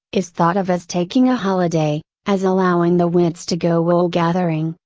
is thought of as taking a holiday, as allowing the wits to go woolgathering,